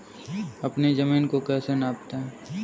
अपनी जमीन को कैसे नापते हैं?